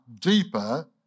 deeper